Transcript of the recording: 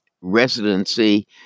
residency